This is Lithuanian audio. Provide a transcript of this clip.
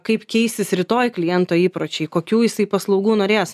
kaip keisis rytoj kliento įpročiai kokių jisai paslaugų norės